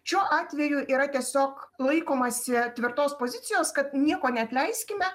šiuo atveju yra tiesiog laikomasi tvirtos pozicijos kad nieko neatleiskime